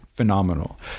Phenomenal